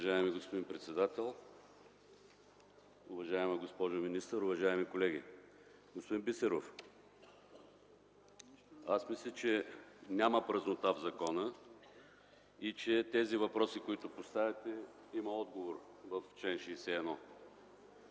Уважаеми господин председател, уважаема госпожо министър, уважаеми колеги! Господин Бисеров, аз мисля, че няма празнота в закона и че въпросите, които поставяте, имат отговор в чл.